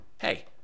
Hey